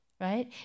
right